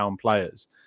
players